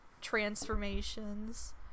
transformations